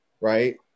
right